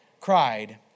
cried